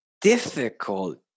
difficult